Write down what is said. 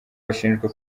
bashinjwa